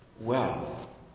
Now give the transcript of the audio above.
wealth